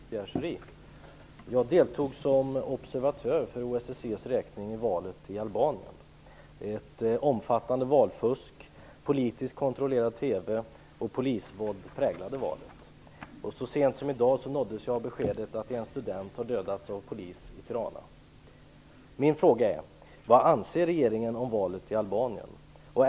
Fru talman! Jag har en fråga till biträdande utrikesminister Pierre Schori. Jag deltog som observatör för OSSE:s räkning vid valet i Albanien. Ett omfattande valfusk, politiskt kontrollerad TV och polisvåld präglade valet. Så sent som i dag nåddes jag av beskedet att en student har dödats av polis i Tirana. Min fråga är: Vad anser regeringen om valet i Albanien?